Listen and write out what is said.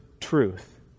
truth